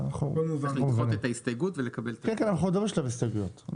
אנחנו עוד לא בשלב ההסתייגויות.